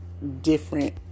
different